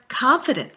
confidence